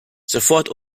sofort